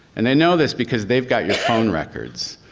and they know this because they've got your phone records.